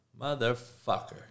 Motherfucker